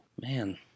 man